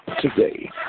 today